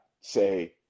say